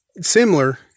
similar